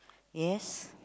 yes